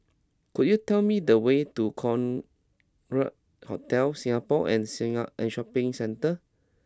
could you tell me the way to Concorde Hotel Singapore and singer and Shopping Centre